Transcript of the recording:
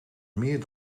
meer